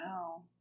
Wow